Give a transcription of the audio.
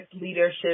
leadership